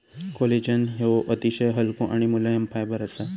collagen ह्यो अतिशय हलको आणि मुलायम फायबर असा